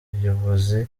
bayobozi